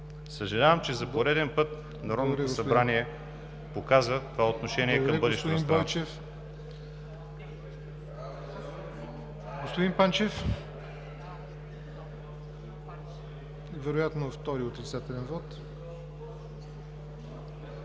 Съжалявам, че за пореден път Народното събрание показа това отношение към бъдещето на